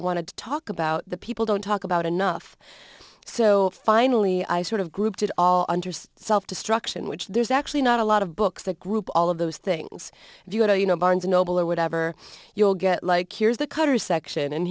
wanted to talk about the people don't talk about enough so finally i sort of group did all understood self destruction which there's actually not a lot of books that group all of those things you know you know barnes and noble or whatever you'll get like here's the cutter section